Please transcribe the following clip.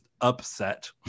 upset